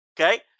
Okay